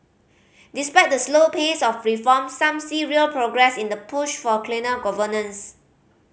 despite the slow pace of reform some see real progress in the push for cleaner governance